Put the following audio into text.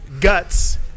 guts